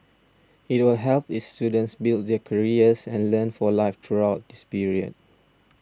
it will help its students build their careers and learn for life throughout this period